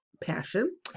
passion